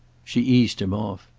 she eased him off.